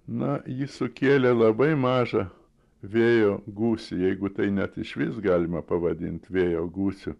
na ji sukėlė labai mažą vėjo gūsį jeigu tai net išvis galima pavadint vėjo gūsiu